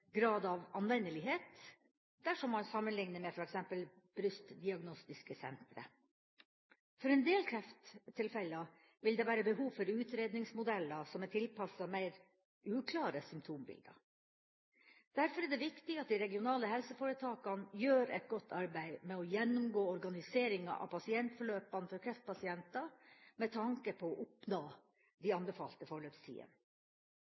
av anvendelighet dersom man sammenligner med f.eks. brystdiagnostiske sentre. For en del krefttilfeller vil det være behov for utredningsmodeller som er tilpasset mer uklare symptombilder. Derfor er det viktig at de regionale helseforetakene gjør et godt arbeid med å gjennomgå organiseringa av pasientforløpene for kreftpasienter med tanke på å oppnå de